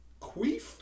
Queef